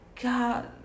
God